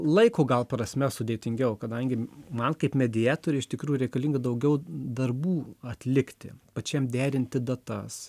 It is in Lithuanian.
laiko gal prasme sudėtingiau kadangi man kaip mediatoriui iš tikrųjų reikalinga daugiau darbų atlikti pačiam derinti datas